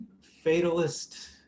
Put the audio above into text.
fatalist